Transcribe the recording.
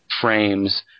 frames